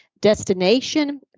destination